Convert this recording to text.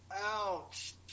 Ouch